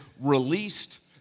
released